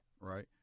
Right